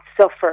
suffer